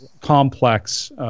complex